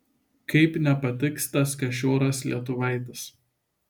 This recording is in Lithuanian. kaip nepatiks tas kašioras lietuvaitis